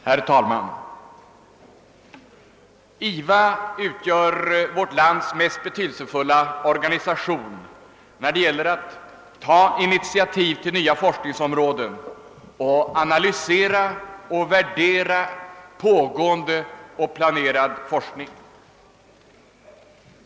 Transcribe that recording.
Herr talman! IVA utgör vårt lands mest betydelsefulla organisation när det gäller att ta initiativ till nya forskningsområden och att analysera och värdera pågående och planerad forskning.